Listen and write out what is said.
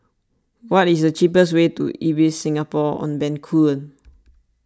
what is the cheapest way to Ibis Singapore on Bencoolen